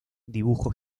dibujo